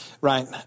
right